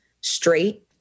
straight